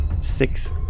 six